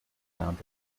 round